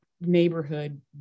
neighborhood